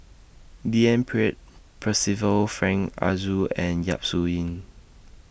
D N Pritt Percival Frank Aroozoo and Yap Su Yin